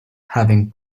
having